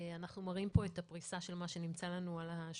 אנחנו מראים פה את הפריסה של מה שנמצא על השולחן,